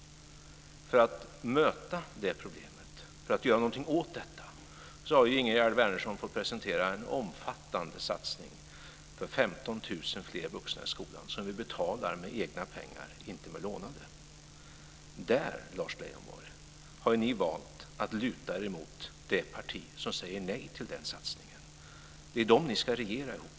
För att möta det problemet - för att göra någonting åt detta - har Ingegerd Wärnersson fått presentera en omfattande satsning för 15 000 fler vuxna i skolan som vi betalar med egna pengar - inte med lånade. Där, Lars Leijonborg, har ni valt att luta er emot det parti som säger nej till den satsningen. Det är dem ni ska regera ihop med.